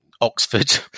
Oxford